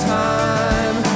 time